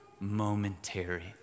momentary